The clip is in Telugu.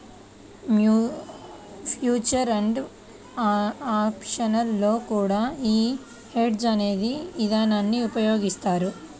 ఫ్యూచర్ అండ్ ఆప్షన్స్ లో కూడా యీ హెడ్జ్ అనే ఇదానాన్ని ఉపయోగిత్తారు